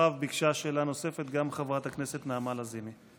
אחריו ביקשה שאלה נוספת גם חברת הכנסת נעמה לזימי.